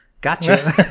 gotcha